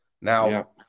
Now